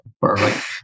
Perfect